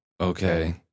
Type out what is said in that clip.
okay